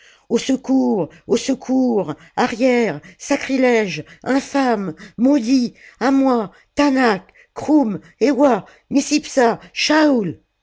au secours au secours arrière sacrilège infâme maudit a moi taanach kroùm ewa micipsa schaoûl et la